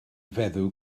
feddw